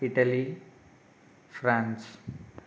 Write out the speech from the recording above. Italy France